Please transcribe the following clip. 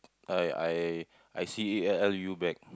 uh ya I I I see L U bag